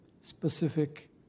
specific